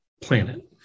planet